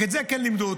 רק את זה כן לימדו אותי.